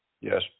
yes